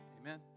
Amen